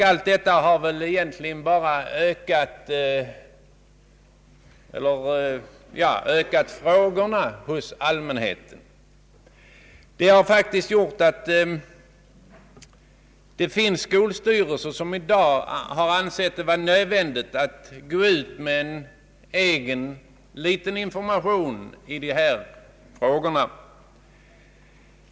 Allt detta har väl egentligen bara ökat ovissheten hos allmänheten. Det har faktiskt lett till att det finns skolstyrelser som i dag anser det nödvändigt att gå ut med en egen information i dessa frågor.